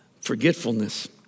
forgetfulness